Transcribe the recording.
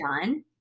done